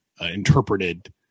interpreted